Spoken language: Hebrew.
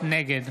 נגד